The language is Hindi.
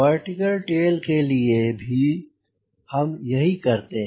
वर्टीकल टेल के लिए भी हम यही करते हैं